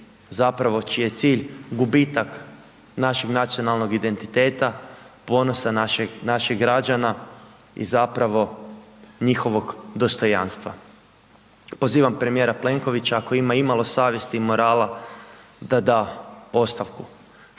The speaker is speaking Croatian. zapravo čiji je cilj gubitak našeg nacionalnog identiteta, ponosa naših građana i zapravo njihovog dostojanstva. Pozivam premijera Plenkovića ako ima imao savjesti i morala da da ostavku.